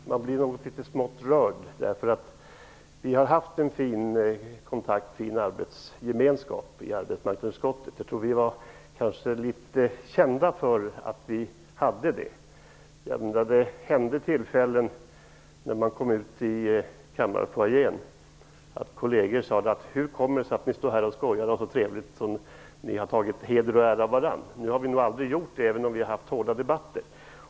Herr talman! Jag blir litet smått rörd, eftersom vi har haft en fin kontakt och en god arbetsgemenskap i arbetsmarknadsutskottet. Jag tror att vi var litet grand kända för det. Det inträffade när man kom ut i kammarfoajén att kolleger sade: Hur kommer det sig att ni står här och har det så trevligt och skojar med varandra sedan ni har tagit heder och ära av varandra? Det har vi nog aldrig gjort, även om vi har haft hårda debatter.